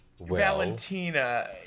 Valentina